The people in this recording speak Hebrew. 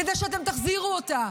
כדי שאתם תחזירו אותה.